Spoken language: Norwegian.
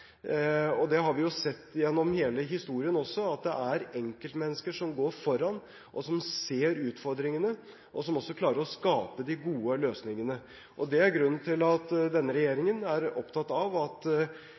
Det har vi sett gjennom hele historien også at det er enkeltmennesker som går foran og ser utfordringene, og som også klarer å skape de gode løsningene. Det er grunnen til at denne